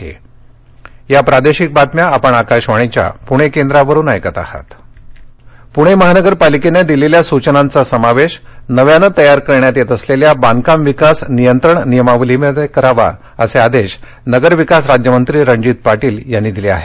बांधकाम विकास नियमावली पुणे महानगरपालिकेनं दिलेल्या सूचनांचा समावेश नव्यानं तयार करण्यात येत असलेल्या बांधकाम विकास नियंत्रण नियमावलीमध्ये करावा असे आदेश नगर विकास राज्यमंत्री रणजित पाटील यांनी दिले आहेत